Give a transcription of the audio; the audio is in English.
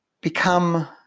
become